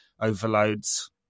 overloads